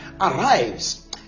arrives